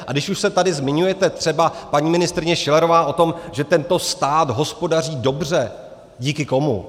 A když už se tady zmiňujete, třeba paní ministryně Schillerová, o tom, že tento stát hospodaří dobře díky komu?